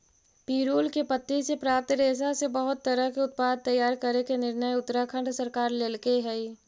पिरुल के पत्ति से प्राप्त रेशा से बहुत तरह के उत्पाद तैयार करे के निर्णय उत्तराखण्ड सरकार लेल्के हई